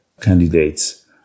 candidates